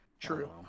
True